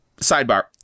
Sidebar